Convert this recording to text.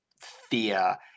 fear